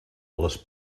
les